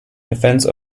defense